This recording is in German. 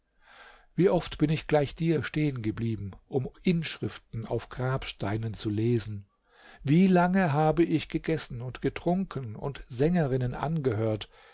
wie oft bin ich gleich dir stehen geblieben um inschriften auf grabsteinen zu lesen wie lange habe ich gegessen und getrunken und sängerinnen angehört